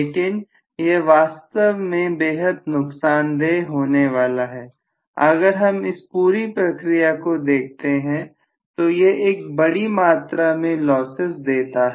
लेकिन यह वास्तव में बेहद नुकसानदेह होने वाला है अगर हम इस पूरी प्रक्रिया को देखते हैं तो यह एक बड़ी मात्रा में लॉसेस देता है